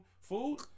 food